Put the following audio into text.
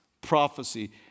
Prophecy